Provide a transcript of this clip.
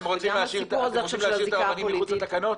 וגם עכשיו הסיפור הזה של הזיקה הפוליטית.